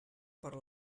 per